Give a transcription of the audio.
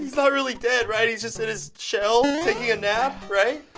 not really dead, right? he's just in his shell, taking a nap, right?